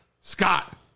Scott